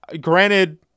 Granted